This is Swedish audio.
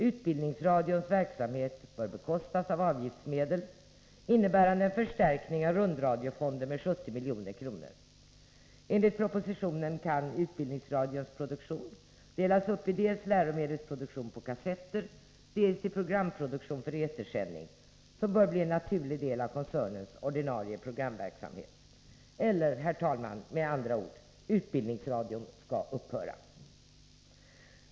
Utbildningsradions verksamhet bör bekostas av avgiftsmedel, innebärande en förstärkning av rundradiofonden med 70 milj.kr. Enligt propositionen kan utbildningsradions produktion delas upp i dels läromedelsproduktion på kassetter, dels programproduktion för etersändning, som bör bli en naturlig del av koncernens ordinarie programverksamhet. Med andra ord: Utbildningsradion skall upphöra.